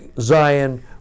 Zion